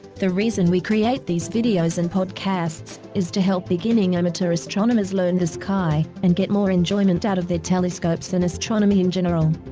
the reason we create these video and podcasts is to help beginning amateur astronomers learn the sky and get more enjoyment out of their telescopes and astronomy in general.